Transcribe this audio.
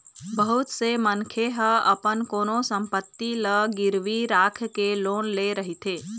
बहुत से मनखे ह अपन कोनो संपत्ति ल गिरवी राखके लोन ले रहिथे